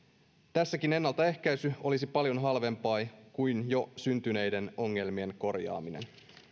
tässäkin ennaltaehkäisy olisi paljon halvempaa kuin jo syntyneiden ongelmien korjaaminen